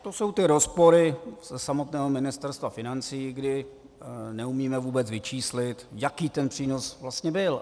To jsou ty rozpory samotného Ministerstva financí, kdy neumíme vůbec vyčíslit, jaký ten přínos vlastně byl.